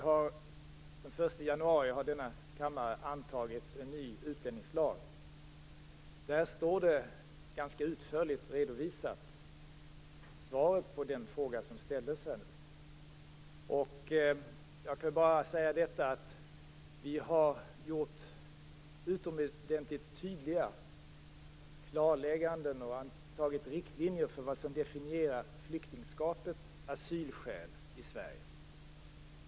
Herr talman! Denna kammare har antagit en ny utlänningslag med verkan från den 1 januari. I den redovisas ganska utförligt svaret på den fråga som ställdes här. Jag kan bara säga att vi har gjort utomordentligt tydliga klarlägganden och antagit riktlinjer för vad som definierar flyktingskap och asylskäl i Sverige.